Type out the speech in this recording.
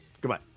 Goodbye